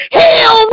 heal